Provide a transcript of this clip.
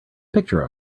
picture